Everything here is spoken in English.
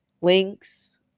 links